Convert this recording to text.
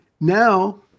now